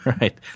Right